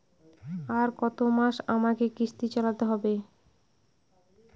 আর কতমাস আমাকে কিস্তি চালাতে হবে?